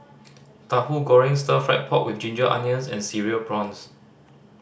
Tahu Goreng Stir Fried Pork With Ginger Onions and Cereal Prawns